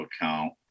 account